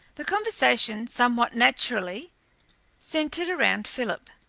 the conversation somewhat naturally centered around philip.